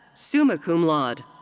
summa cum laude.